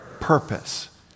purpose